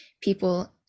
people